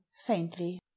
faintly